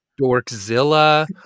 Dorkzilla